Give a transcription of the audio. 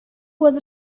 was